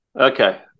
Okay